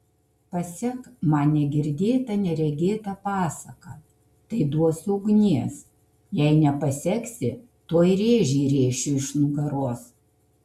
pasek man negirdėtą neregėtą pasaką tai duosiu ugnies jei nepaseksi tuoj rėžį rėšiu iš nugaros